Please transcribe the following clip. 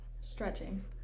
stretching